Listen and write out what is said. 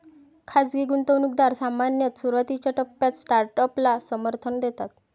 खाजगी गुंतवणूकदार सामान्यतः सुरुवातीच्या टप्प्यात स्टार्टअपला समर्थन देतात